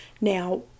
Now